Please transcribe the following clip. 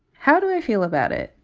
how do i feel about it?